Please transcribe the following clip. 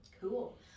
cool